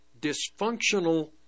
dysfunctional